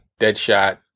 Deadshot